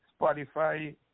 Spotify